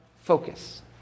focus